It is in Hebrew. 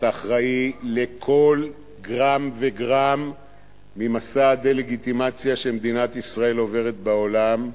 ואתה אחראי לכל גרם וגרם ממסע הדה-לגיטימציה שמדינת ישראל עוברת בעולם,